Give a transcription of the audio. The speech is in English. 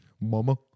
Mama